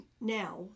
now